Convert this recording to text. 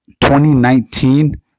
2019